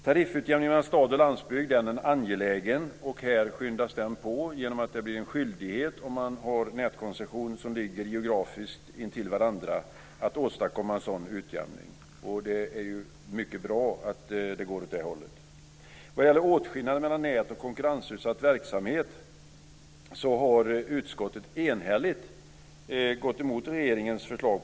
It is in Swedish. Tariffutjämningen mellan stad och landsbygd är angelägen, och här skyndas den på genom att det blir en skyldighet att åstadkomma en sådan utjämning om man har nätkoncessioner som geografiskt ligger intill varandra. Det är mycket bra att det går åt det hållet. Vad gäller åtskillnaden mellan nätverksamhet och konkurrensutsatt verksamhet har utskottet enhälligt gått emot regeringens förslag.